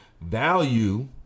value